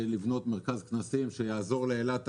לבנות מרכז כנסים כדי שיעזור לאילת בעתיד.